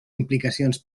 implicacions